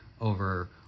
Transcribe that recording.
over